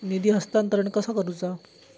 निधी हस्तांतरण कसा करुचा?